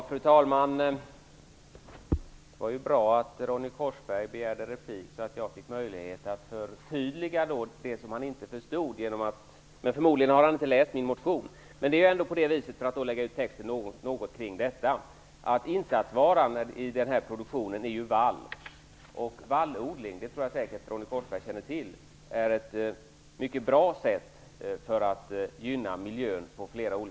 Fru talman! Det var ju bra att Ronny Korsberg begärde replik, så att jag fick möjlighet att förtydliga det som han inte förstod. Förmodligen har han inte läst min motion. För att lägga ut texten något kring detta så är insatsvaran i denna produktion vall. Vallodling är ett mycket bra sätt att gynna miljön på flera olika sätt, det tror jag säkert att Ronny Korsberg känner till.